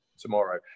tomorrow